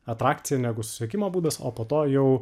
atrakcija negu susisiekimo būdas o po to jau